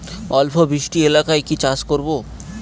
অল্প বৃষ্টি এলাকায় কি চাষ করব?